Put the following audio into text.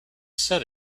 said